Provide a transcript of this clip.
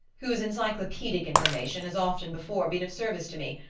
whose encyclopaedic information has often before been of service to me.